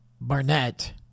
Barnett